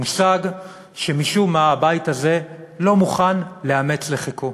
מושג שמשום מה הבית הזה לא מוכן לאמץ לחיקו.